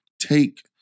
take